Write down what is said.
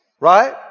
right